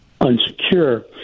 unsecure